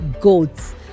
goats